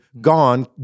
gone